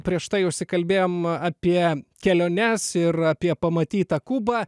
prieš tai užsikalbėjom apie keliones ir apie pamatytą kubą